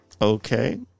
Okay